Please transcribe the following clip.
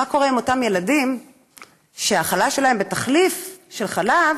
מה קורה עם אותם ילדים שהאכלה שלהם בתחליף חלב